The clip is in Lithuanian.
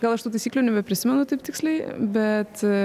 gal aš tų taisyklių nebeprisimenu taip tiksliai bet